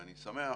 ואני שמח